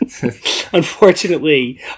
Unfortunately